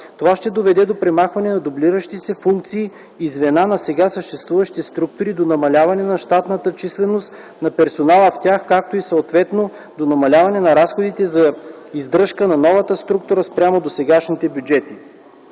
Това ще доведе до премахване на дублиращите се функции и звена на сега съществуващите структури, до намаляване на щатната численост на персонала в тях, както и съответно до намаляване на разходите за издръжка на новата структура спрямо досегашните бюджети.